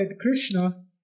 Krishna